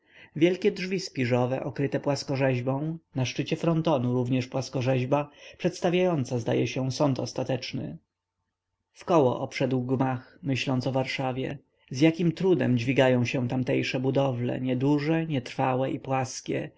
wielkie drzwi śpiżowe okryte płaskorzeźbą na szczycie frontonu również płaskorzeźba przedstawiająca zdaje się sąd ostateczny wkoło obszedł gmach myśląc o warszawie z jakim trudem dźwigają się tamtejsze budowle nieduże nietrwałe i płaskie